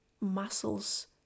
muscles